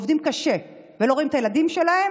ועובדים קשה, ולא רואים את הילדים שלהם